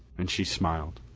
and she smiled.